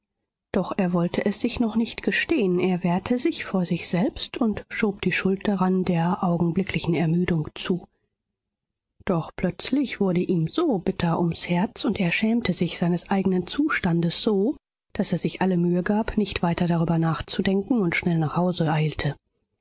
doch er wollte es sich noch nicht gestehen er wehrte sich vor sich selbst und schob die schuld daran der augenblicklichen ermüdung zu doch plötzlich wurde ihm so bitter ums herz und er schämte sich seines eigenen zustandes so daß er sich alle mühe gab nicht weiter darüber nachzudenken und schnell nach hause eilte